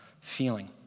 feeling